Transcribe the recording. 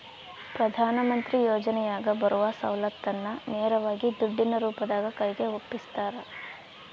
ಪ್ರಧಾನ ಮಂತ್ರಿ ಯೋಜನೆಯಾಗ ಬರುವ ಸೌಲತ್ತನ್ನ ನೇರವಾಗಿ ದುಡ್ಡಿನ ರೂಪದಾಗ ಕೈಗೆ ಒಪ್ಪಿಸ್ತಾರ?